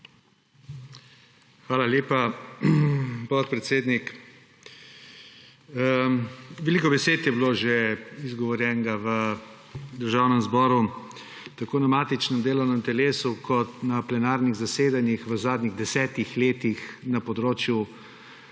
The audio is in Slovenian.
Hvala lepa, podpredsednik. Veliko besed je bilo že izgovorjenih v Državnem zboru tako na matičnem delovnem telesu kot na plenarnih zasedanjih v zadnjih 10 letih o področju